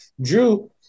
Drew